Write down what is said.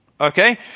Okay